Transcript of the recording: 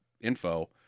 info